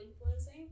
influencing